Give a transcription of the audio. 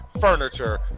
furniture